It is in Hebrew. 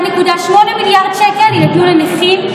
1.8 מיליארד שקל יינתנו לנכים,